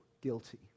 guilty